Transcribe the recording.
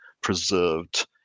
preserved